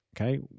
okay